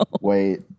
Wait